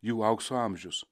jų aukso amžius